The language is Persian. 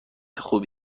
خوبی